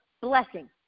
blessing